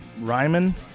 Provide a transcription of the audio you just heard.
Ryman